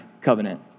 covenant